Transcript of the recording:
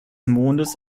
mondes